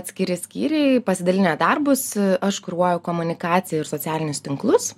atskiri skyriai pasidalinę darbus aš kuruoju komunikaciją ir socialinius tinklus